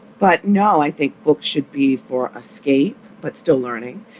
but no, i think books should be for escape. but still learning